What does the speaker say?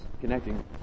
connecting